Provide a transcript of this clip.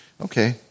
Okay